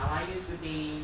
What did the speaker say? how are you today